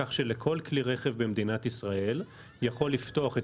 כך שכל כלי רכב במדינת ישראל יכול לפתוח את